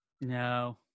No